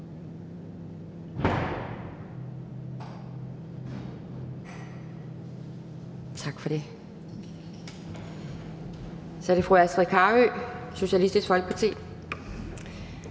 kommentarer. Så er det fru Astrid Carøe, Socialistisk Folkeparti.